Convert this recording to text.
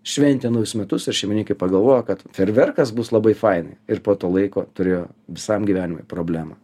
šventė naujus metus ir šeimininkai pagalvojo kad fejerverkas bus labai fainai ir po to laiko turėjo visam gyvenimui problemą